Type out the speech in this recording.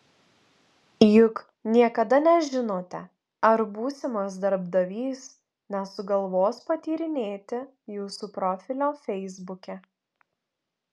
juk niekada nežinote ar būsimas darbdavys nesugalvos patyrinėti jūsų profilio feisbuke